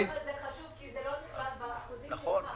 זה חשוב כי זה לא נכלל באחוזים שלך,